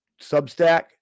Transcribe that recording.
Substack